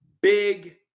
Big